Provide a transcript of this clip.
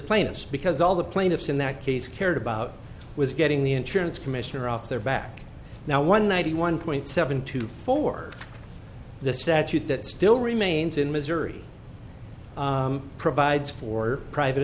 plaintiffs because all the plaintiffs in that case cared about was getting the insurance commissioner off their back now one ninety one point seven two for the statute that still remains in missouri provides for private